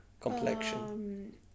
complexion